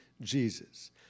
Jesus